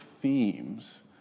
themes